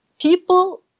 people